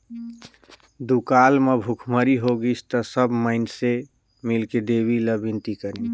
दुकाल म भुखमरी होगिस त सब माइनसे मिलके देवी दाई ला बिनती करिन